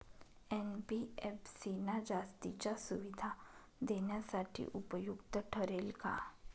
NBFC ना जास्तीच्या सुविधा देण्यासाठी उपयुक्त ठरेल का?